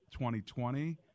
2020